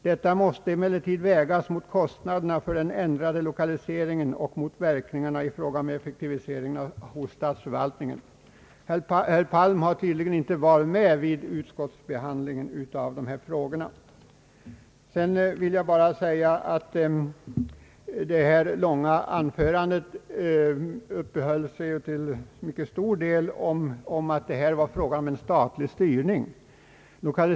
Detta måste emellertid vägas mot kostnaderna för den ändrade lokaliseringen och mot verkningarna i fråga om effektiviteten hos statsförvaltningen.» : Herr Palm har tydligen inte varit med vid utskottsbehandlingen av dessa frågor. I sitt långa anförande uppehöll han sig till stor del vid att det här var fråga om en statlig styrning.